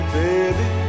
baby